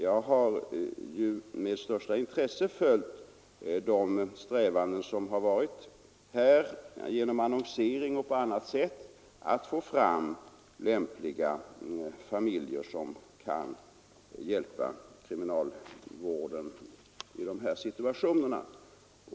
Jag har ju med största intresse följt strävandena att genom annonsering och på annat sätt försöka få fram lämpliga familjer som kan hjälpa kriminalvården i de här avseendena.